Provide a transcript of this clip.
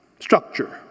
Structure